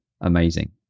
amazing